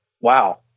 wow